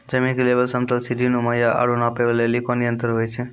जमीन के लेवल समतल सीढी नुमा या औरो नापै लेली कोन यंत्र होय छै?